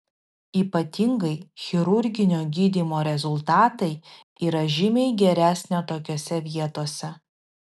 ypatingai chirurginio gydymo rezultatai yra žymiai geresnio tokiose vietose